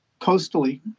coastally